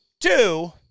two